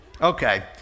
Okay